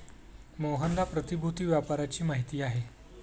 मोहनला प्रतिभूति व्यापाराची माहिती आहे